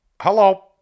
hello